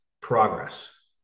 progress